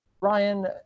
ryan